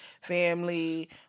family